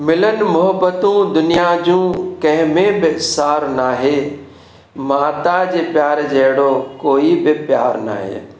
मिलनि मोहबतूं दुनिया जूं कंहिं में बेसार नाहे माता जे प्यार जहिड़ो कोई बि प्यार नाहे